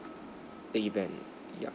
the event yup